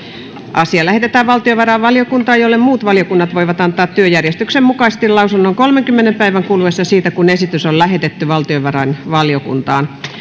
asia lähetetään valtiovarainvaliokuntaan jolle muut valiokunnat voivat antaa työjärjestyksen mukaisesti lausunnon kolmenkymmenen päivän kuluessa siitä kun esitys on lähetetty valtiovarainvaliokuntaan